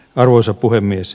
arvoisa puhemies